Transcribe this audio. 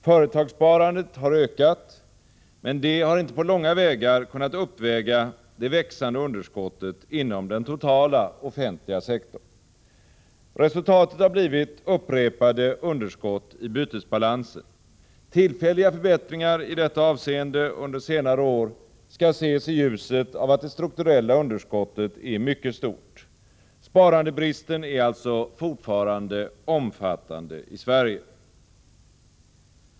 Företagssparandet har ökat, men det har inte på långa vägar kunnat uppväga det växande underskottet inom den totala offentliga sektorn. Resultatet har blivit upprepade underskott i bytesbalansen. Tillfälliga förbättringar i detta avseeende under senare år skall ses i ljuset av att det strukturella underskottet är mycket stort. Sparandebristen är alltså fortfarande omfattande i Sverige.